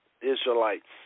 Israelites